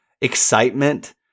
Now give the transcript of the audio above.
excitement